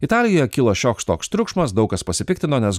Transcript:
italijoje kilo šioks toks triukšmas daug kas pasipiktino nes